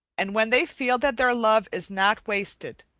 and when they feel that their love is not wasted